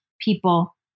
people